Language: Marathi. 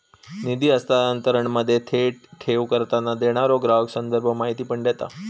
निधी हस्तांतरणामध्ये, थेट ठेव करताना, देणारो ग्राहक संदर्भ माहिती पण देता